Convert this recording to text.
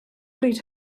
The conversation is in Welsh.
bryd